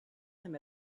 him